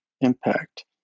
impact